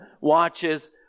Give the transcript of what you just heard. watches